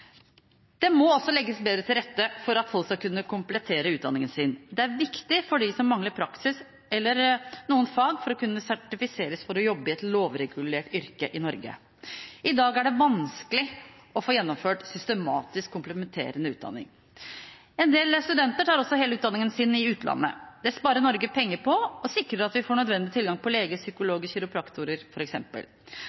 Det må også legges bedre til rette for at folk skal kunne komplettere utdanningen sin. Det er viktig for dem som mangler praksis eller noen fag for å kunne sertifiseres for å jobbe i et lovregulert yrke i Norge. I dag er det vanskelig å få gjennomført systematisk kompletterende utdanning. En del studenter tar også hele utdanningen sin i utlandet. Det sparer Norge penger på og sikrer at vi får nødvendig tilgang på